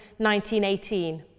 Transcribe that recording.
1918